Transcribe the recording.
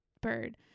bird